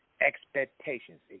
expectations